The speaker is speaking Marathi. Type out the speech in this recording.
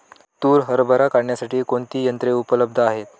तूर हरभरा काढण्यासाठी कोणती यंत्रे उपलब्ध आहेत?